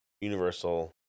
universal